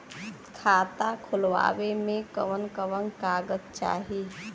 खाता खोलवावे में कवन कवन कागज चाही?